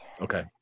Okay